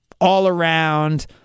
all-around